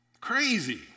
Crazy